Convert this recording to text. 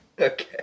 Okay